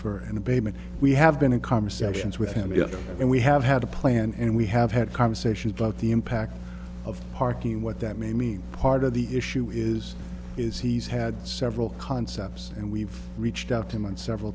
for an abatement we have been in conversations with him and we have had a plan and we have had conversations about the impact of parking what that may mean part of the issue is is he's had several concepts and we've reached out to him and several